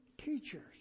teachers